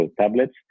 tablets